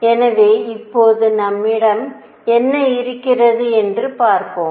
எனவே இப்போது நம்மிடம் என்ன இருக்கிறது என்று பார்ப்போம்